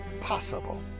Possible